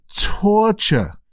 torture